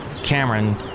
Cameron